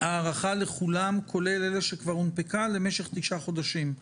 לכולם כולל אלה שכבר הונפקו למשך 9 חודשים.